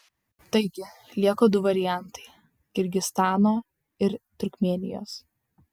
taigi lieka du variantai kirgizstano ir turkmėnijos